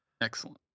Excellent